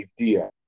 idea